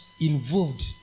involved